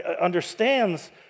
understands